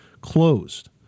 closed